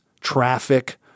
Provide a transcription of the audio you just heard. traffic